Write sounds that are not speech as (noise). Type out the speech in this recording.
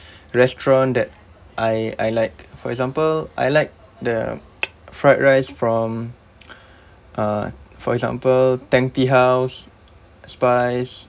(breath) restaurant that I I like for example I like the (noise) fried rice from (breath) uh for example tang tea house spice